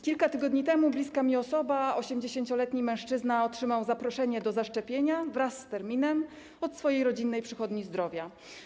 Kilka tygodni temu bliska mi osoba, 80-letni mężczyzna otrzymał zaproszenie do zaszczepienia wraz z terminem od swojej rodzinnej przychodni zdrowia.